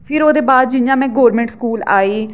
फिर ओह्दे बाद जि'यां मैं गौरमेंट स्कूल आई